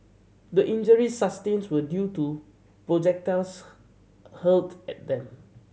the injuries sustained were due to projectiles hurled at them